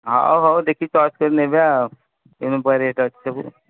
ହେଉ ହେଉ ଦେଖି ଚଏସ୍ କରି ନେବେ ଆଉ ଏମିତିଆ ରେଟ୍ ଅଛି ସବୁ